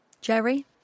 Jerry